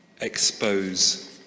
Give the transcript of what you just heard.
Expose